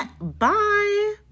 bye